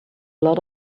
lot